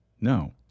No